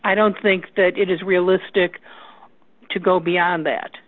i don't think that it is realistic to go beyond that